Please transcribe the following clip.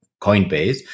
Coinbase